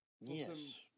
Yes